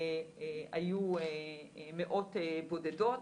היו מאות בודדות.